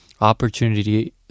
opportunity